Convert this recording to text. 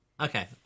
Okay